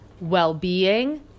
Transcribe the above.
well-being